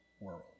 world